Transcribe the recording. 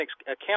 account